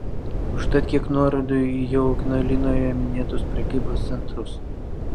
užtat kiek nuorodų į jau ignalinoje minėtus prekybos centrus